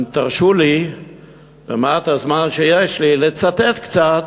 תרשו לי במעט הזמן שיש לי לצטט קצת